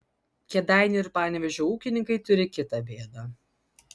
kėdainių ir panevėžio ūkininkai turi kitą bėdą